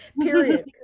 period